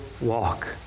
walk